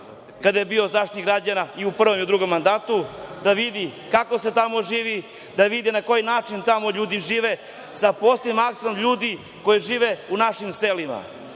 kada je bio Zaštitnik građana i u prvom i u drugom mandatu da vidi kako se tamo živi, da vide na koji način tamo ljudi žive sa posebnim akcentom ljudi koji žive u našim selima.